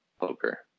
poker